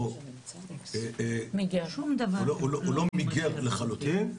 הוא לא מיגר לחלוטין.